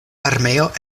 armeo